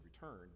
return